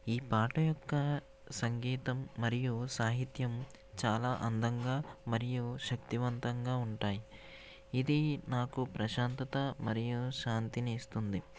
ఈ పాట యొక్క సంగీతం మరియు సాహిత్యం చాలా అందంగా మరియు శక్తివంతంగా ఉంటాయి ఇది నాకు ప్రశాంతత మరియు శాంతిని ఇస్తుంది